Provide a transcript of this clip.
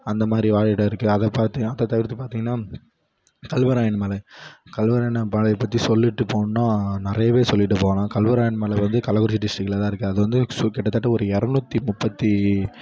அந்தமாதிரி வாழிடம் இருக்குது அதைப் பார்த்து அதை தவிர்த்து பார்த்திங்கனா கல்வராயன் மலை கல்வராயன் மலைப் பற்றி சொல்லிகிட்டு போணுனால் நிறையவே சொல்லிகிட்டு போகலாம் கல்வராயன் மலை வந்து கள்ளக்குறிச்சி டிஸ்ட்ரிக்கில் தான் இருக்குது அதுவந்து சு கிட்டத்தட்ட ஒரு இரநூத்தி முப்பத்தி